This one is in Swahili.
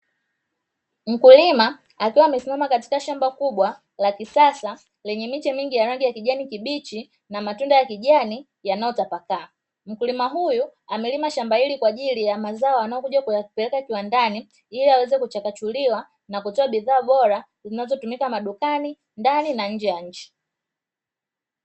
Mkukima akiwa amesimama katika shamba kubwa la kisasa lenye miche mingi ya rangi ya kijani kibichi na matunda ya kijani yanayo tapakaa. Mkulima huyu amelima shamba hili kwa ajili ya mazao wanao kuja kuyapeleka shambani hili yaweze kuchakachuliwa na kutoa bidhaa bora zinazo tumika madukani, ndani na nje ya nchi.